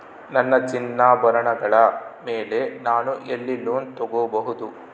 ನನ್ನ ಚಿನ್ನಾಭರಣಗಳ ಮೇಲೆ ನಾನು ಎಲ್ಲಿ ಲೋನ್ ತೊಗೊಬಹುದು?